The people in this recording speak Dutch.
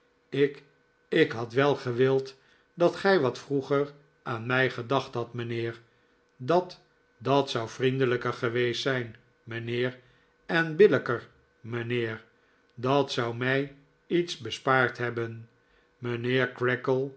ik ik had wel gewild dat gij wat vroeger aan mij gedacht hadt mijnheer dat dat zou vriendelijker geweest zijn mijnheer en billijker mijnheer dat zou mij iets bespaard hebben